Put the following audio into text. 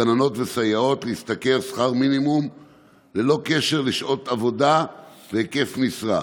גננות וסייעות להשתכר שכר מינימום ללא קשר לשעות העבודה והיקף המשרה,